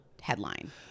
headline